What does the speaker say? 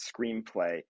screenplay